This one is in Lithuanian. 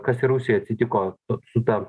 kas rusijoj atsitiko su ta